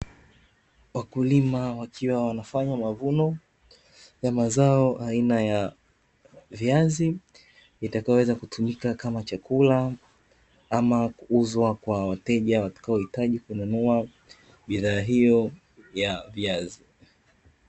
Wakulima wakiwa wanafanya mavuno ya mazao aina ya viazi, yatayoweza kutumika kama chakula ama kuuzwa kwa wateja watakaohitaji kununua bidhaa hiyo ya viazi.